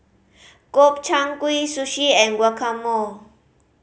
Gobchang Gui Sushi and Guacamole